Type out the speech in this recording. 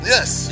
Yes